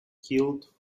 killed